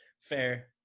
Fair